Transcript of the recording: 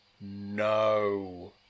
no